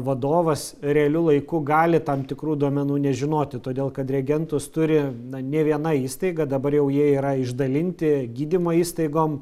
vadovas realiu laiku gali tam tikrų duomenų nežinoti todėl kad reagentus turi na ne viena įstaiga dabar jau jie yra išdalinti gydymo įstaigom